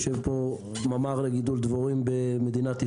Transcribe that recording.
יושב פה ממ"ר לגידול דבורים במדינת ישראל,